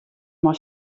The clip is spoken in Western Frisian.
mei